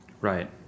Right